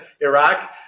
Iraq